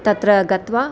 तत्र गत्वा